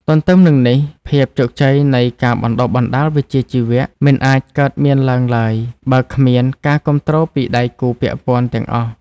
ទន្ទឹមនឹងនេះភាពជោគជ័យនៃការបណ្តុះបណ្តាលវិជ្ជាជីវៈមិនអាចកើតមានឡើងឡើយ បើគ្មាន ការគាំទ្រពីដៃគូពាក់ព័ន្ធ ទាំងអស់។